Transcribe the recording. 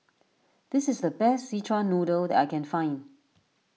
this is the best Szechuan Noodle that I can find